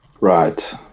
Right